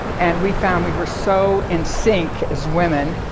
and we found we were so in sync as women,